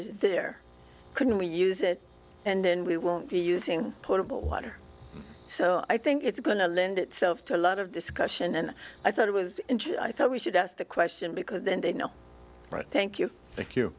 is there couldn't we use it and we won't be using potable water so i think it's going to lend itself to a lot of discussion and i thought it was i thought we should ask the question because then they know right thank you thank you